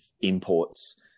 imports